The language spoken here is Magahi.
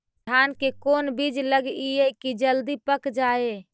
धान के कोन बिज लगईयै कि जल्दी पक जाए?